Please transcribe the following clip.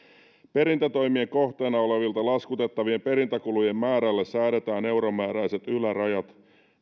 perintätoimien kohteena olevilta laskutettavien perintäkulujen määrälle säädetään euromääräiset ylärajat